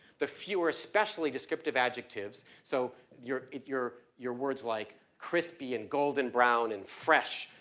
the fewer specially descriptive adjectives. so your, if your, your words like crispy and golden brown and fresh,